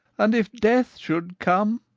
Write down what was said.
and if death should come,